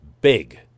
big